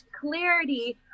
clarity